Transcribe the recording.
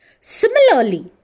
Similarly